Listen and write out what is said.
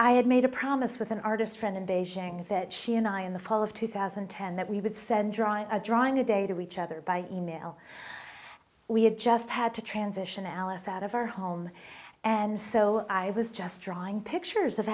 i had made a promise with an artist friend in beijing that she and i in the fall of two thousand and ten that we would send drawing a drawing today to each other by email we had just had to transition alice out of our home and so i was just drawing pictures of